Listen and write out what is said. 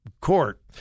court